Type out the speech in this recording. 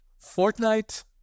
Fortnite